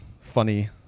Funny